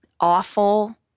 awful